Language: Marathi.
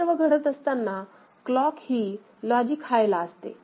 हे सर्व घडत असताना क्लॉक ही लॉजिक हाय ला असते